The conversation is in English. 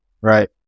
right